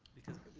because,